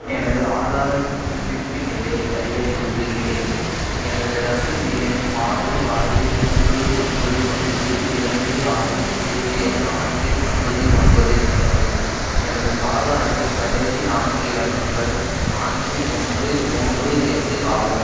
எனது ஆதார் புதுப்பிப்பின் நிலையை அறிய விரும்புகிறேன் எனது ரசீது எண் ஆறு ஆறு மூன்று ஒன்பது ஒன்பது இரண்டு ஆறு பூஜ்ஜியம் நான்கு ஒன்பது ஒன்பது மற்றும் எனது ஆதார் அட்டையின் கடைசி நான்கு இலக்கங்கள் நான்கு ஒன்று மூன்று எட்டு ஆகும்